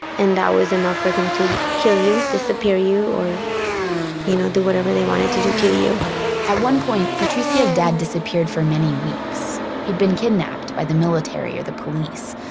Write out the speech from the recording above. and that was enough for them to kill you, disappear you or you know do whatever they wanted to do to you at one point, patricia's dad disappeared for many weeks. he'd been kidnapped by the military or the police.